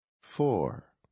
Four